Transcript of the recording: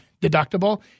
deductible